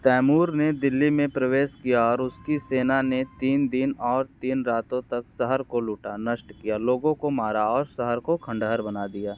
तैमूर ने दिल्ली में प्रवेश किया और उसकी सेना ने तीन दिन और तीन रातों तक शहर को लूटा नष्ट किया लोगों को मारा और शहर को खंडहर बना दिया